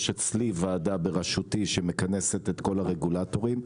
יש אצלי ועדה בראשותי שמכנסת את כל הרגולטורים,